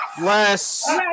Less